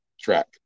track